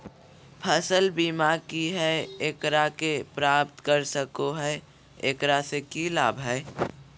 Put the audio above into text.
फसल बीमा की है, एकरा के प्राप्त कर सको है, एकरा से की लाभ है?